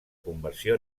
conversió